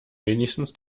wenigstens